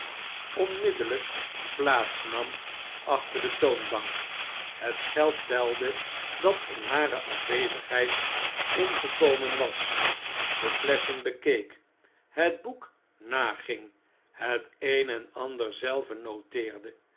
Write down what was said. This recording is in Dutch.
onmiddellijk plaats nam achter de toonbank net geld telde dat in hare afwezigheid ingekomen was de fiesschen bekeek het boek naging het een en ander zelve noteerde